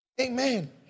Amen